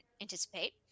anticipate